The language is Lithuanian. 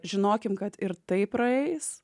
žinokim kad ir tai praeis